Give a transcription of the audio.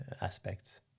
aspects